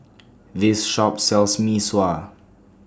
This Shop sells Mee Sua